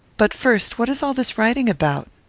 but, first, what is all this writing about?